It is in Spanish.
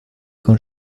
con